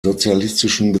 sozialistischen